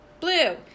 Blue